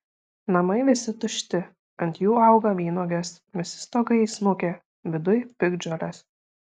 namai visi tušti ant jų auga vynuogės visi stogai įsmukę viduj piktžolės